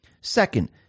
Second